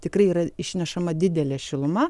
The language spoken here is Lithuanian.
tikrai yra išnešama didelė šiluma